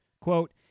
Quote